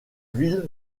ville